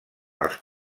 als